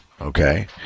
Okay